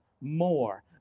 more